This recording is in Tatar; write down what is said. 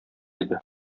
иде